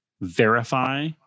verify